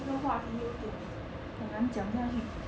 这个话题有点很难讲下去